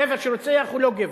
גבר שרוצח הוא לא גבר.